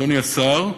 אדוני השר,